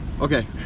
okay